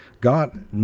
God